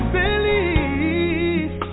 believe